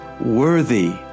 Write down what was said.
worthy